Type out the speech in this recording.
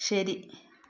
ശരി